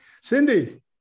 Cindy